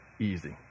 easy